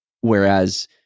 Whereas